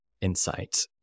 insight